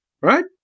Right